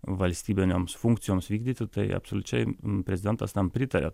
valstybinėms funkcijoms vykdyti tai absoliučiai prezidentas tam pritaria